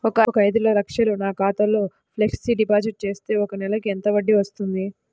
ఒక ఐదు లక్షలు నా ఖాతాలో ఫ్లెక్సీ డిపాజిట్ చేస్తే ఒక నెలకి ఎంత వడ్డీ వర్తిస్తుంది?